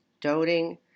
doting